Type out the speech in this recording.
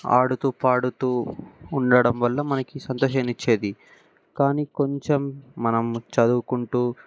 ఆడుతూ పాడుతూ ఉండడం వల్ల మనకి సంతోషానిచ్చేది కానీ కొంచెం మనము చదువుకుంటూ